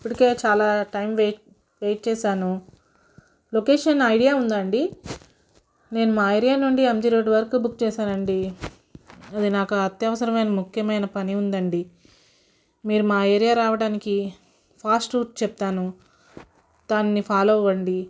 ఇప్పటికే చాలా time wait wait చేసాను లొకేషన్ ఐడియా ఉందా అండి నేను మా ఏరియా నుండి ఎంజీ రోడ్డు వరకు బుక్ చేసాను అండి అది నాకు అత్యవసరమైన ముఖ్యమైన పని ఉంది అండి మీరు మా ఏరియా రావడానికి ఫాస్ట్ రూట్ చెప్తాను దాన్ని ఫాలో అవ్వండి